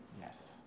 Yes